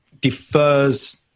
defers